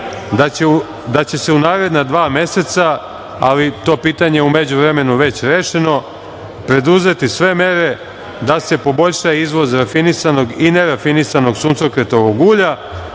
Da će se u naredna dva meseca, ali to pitanje je u međuvremenu već rešeno, preduzeti sve mere da se poboljša izvoz rafinisanog i ne rafinisanog suncokretovog ulja,